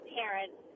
parents